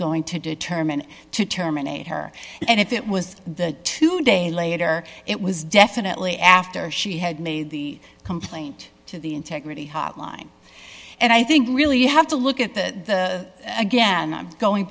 going to determine to terminate her and if it was the two days later it was definitely after she had made the complaint to the integrity hotline and i think really you have to look at the again i'm going